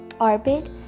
orbit